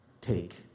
Take